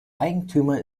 eigentümer